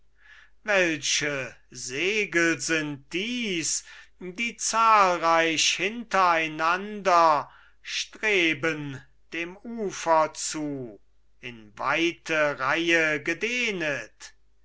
welche segel sind dies die zahlreich hinter einander streben dem ufer zu in weite reihe gedehnet